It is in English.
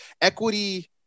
equity